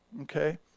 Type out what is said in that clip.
okay